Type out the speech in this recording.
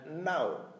now